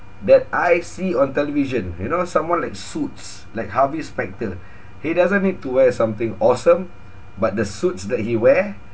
that I see on television you know someone like suits like harvey specter he doesn't need to wear something awesome but the suits that he wear